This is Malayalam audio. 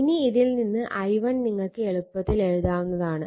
ഇനി ഇതിൽ നിന്ന് i1 നിങ്ങൾക്ക് എളുപ്പത്തിൽ എഴുതാവുന്നതാണ്